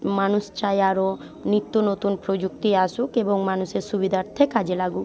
মানুষ চায় আরও নিত্য নতুন প্রযুক্তি আসুক এবং মানুষের সুবিধার্থে কাজে লাগুক